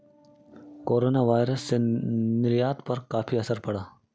coronavirus से निर्यात पर काफी असर पड़ा